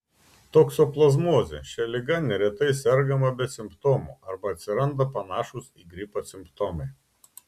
toksoplazmozė šia liga neretai sergama be simptomų arba atsiranda panašūs į gripą simptomai